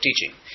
teaching